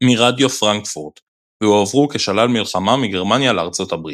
מרדיו פרנקפורט והועברו כשלל מלחמה מגרמניה לארצות הברית.